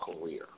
career